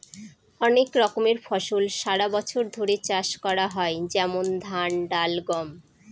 অনেক রকমের ফসল সারা বছর ধরে চাষ করা হয় যেমন ধান, ডাল, গম